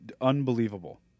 unbelievable